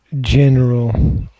general